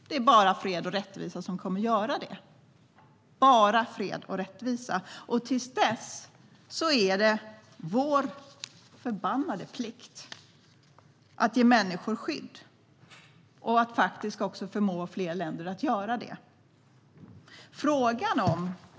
Det är bara fred och rättvisa som kan göra det. Men till dess är det vår förbannade plikt att ge människor skydd och förmå fler länder att göra det.